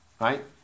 right